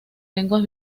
lenguas